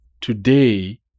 today